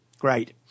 Great